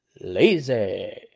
Lazy